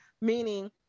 meaning